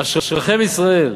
אשריכם ישראל,